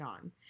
on